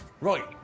Right